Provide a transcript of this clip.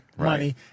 money